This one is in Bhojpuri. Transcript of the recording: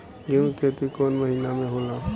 गेहूं के खेती कौन महीना में होला?